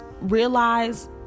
realize